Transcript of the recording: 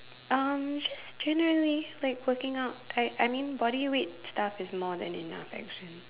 um just generally like working out like I mean bodyweight stuff is more than enough actually